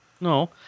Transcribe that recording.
No